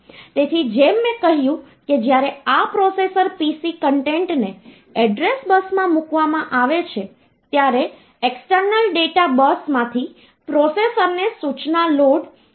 તેથી જેમ મેં કહ્યું કે જ્યારે આ પ્રોસેસર PC કન્ટેન્ટને એડ્રેસ બસમાં મૂકવામાં આવે છે ત્યારે એક્સટર્નલ ડેટા બસમાંથી પ્રોસેસરને સૂચના લોડ R01000 મળે છે